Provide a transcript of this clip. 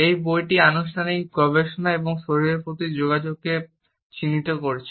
এই বইটি আনুষ্ঠানিক গবেষণা এবং শরীরের গতি যোগাযোগকে চিহ্নিত করেছে